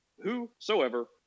whosoever